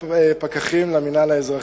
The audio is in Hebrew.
נתבשרנו כי משרדך השאיל 20 פקחים למינהל האזרחי.